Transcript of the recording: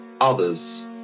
Others